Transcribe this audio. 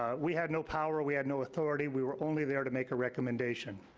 we had no power, we had no authority. we were only there to make a recommendation,